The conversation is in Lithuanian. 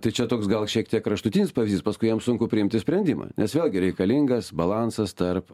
tai čia toks gal šiek tiek kraštutinis pavyzdys paskui jam sunku priimti sprendimą nes vėlgi reikalingas balansas tarp